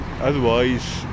otherwise